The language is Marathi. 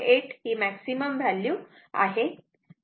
8 ही मॅक्सिमम व्हॅल्यू आहे